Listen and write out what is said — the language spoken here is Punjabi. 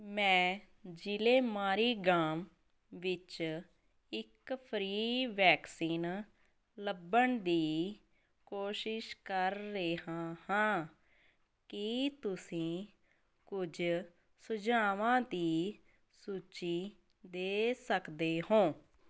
ਮੈਂ ਜ਼ਿਲ੍ਹੇ ਮਾਰੀਗਾਂਵ ਵਿੱਚ ਇੱਕ ਫ੍ਰੀ ਵੈਕਸੀਨ ਲੱਭਣ ਦੀ ਕੋਸ਼ਿਸ਼ ਕਰ ਰਿਹਾ ਹਾਂ ਕੀ ਤੁਸੀਂ ਕੁਝ ਸੁਝਾਵਾਂ ਦੀ ਸੂਚੀ ਦੇ ਸਕਦੇ ਹੋਂ